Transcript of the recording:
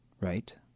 right